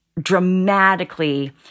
dramatically